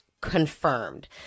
confirmed